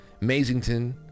Mazington